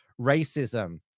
racism